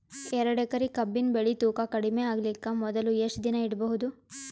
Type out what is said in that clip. ಎರಡೇಕರಿ ಕಬ್ಬಿನ್ ಬೆಳಿ ತೂಕ ಕಡಿಮೆ ಆಗಲಿಕ ಮೊದಲು ಎಷ್ಟ ದಿನ ಇಡಬಹುದು?